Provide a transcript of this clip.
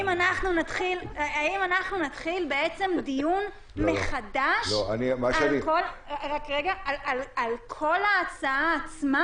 האם אנחנו נתחיל בעצם דיון מחדש ---- על כל ההצעה עצמה?